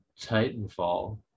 Titanfall